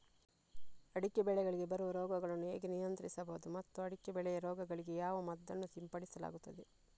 ಅಡಿಕೆ ಬೆಳೆಗಳಿಗೆ ಬರುವ ರೋಗಗಳನ್ನು ಹೇಗೆ ನಿಯಂತ್ರಿಸಬಹುದು ಮತ್ತು ಅಡಿಕೆ ಬೆಳೆಯ ರೋಗಗಳಿಗೆ ಯಾವ ಮದ್ದನ್ನು ಸಿಂಪಡಿಸಲಾಗುತ್ತದೆ?